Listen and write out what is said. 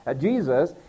Jesus